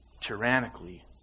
tyrannically